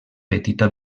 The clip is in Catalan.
petita